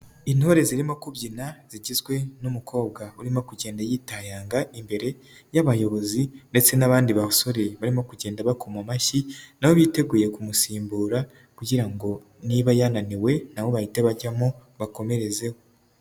Intore zirimo kubyina zigizwe n'umukobwa urimo kugenda yitayanga imbere y'abayobozi ndetse n'abandi basore barimo kugenda bakoma amashyi na bo biteguye kumusimbura kugira ngo nabayananiwe nabo bahite bajyamo bakomerezeho.